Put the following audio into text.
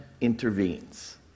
intervenes